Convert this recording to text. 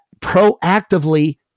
proactively